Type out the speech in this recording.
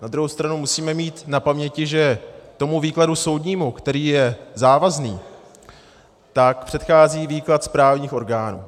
Na druhou stranu musíme mít na paměti, že tomu výkladu soudnímu, který je závazný, předchází výklad správních orgánů.